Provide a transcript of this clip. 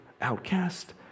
outcast